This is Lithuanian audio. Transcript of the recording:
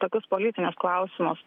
tokius politinius klausimus